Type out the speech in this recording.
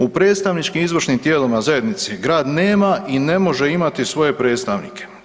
U predstavničkim i izvršnim tijelima u zajednici grad nema i ne može imati svoje predstavnike.